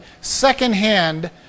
second-hand